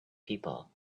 people